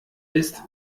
ist